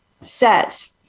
says